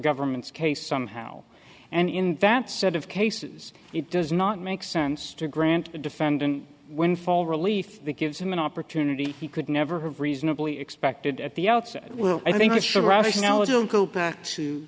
government's case somehow and in that set of cases it does not make sense to grant a defendant winfall relief the gives him an opportunity he could never have reasonably expected at the outset well i think it should